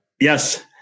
Yes